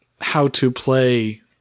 how-to-play